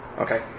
Okay